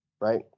right